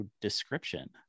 description